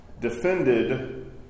defended